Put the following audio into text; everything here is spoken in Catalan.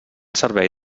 servei